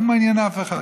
לא מעניין אף אחד.